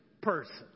person